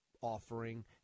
offering